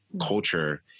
culture